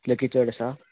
luggage चड आसा